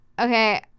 Okay